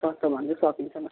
सस्तो भन्दै सकिन्छ नि